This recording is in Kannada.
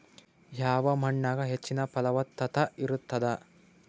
ಯಾವ ಮಣ್ಣಾಗ ಹೆಚ್ಚಿನ ಫಲವತ್ತತ ಇರತ್ತಾದ?